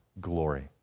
glory